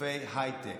לשיתופי הייטק,